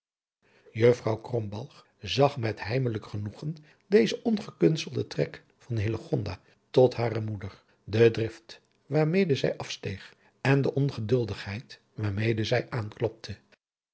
krombalg zag met heimelijk genoegen dezen ongekunstelden trek van hillegonda tot hare moeder de drift waarmede zij afsteeg en de ongeduldigheid waarmede zij aanklopte